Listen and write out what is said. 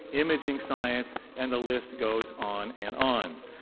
imaging science, and the list goes on and on.